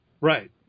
Right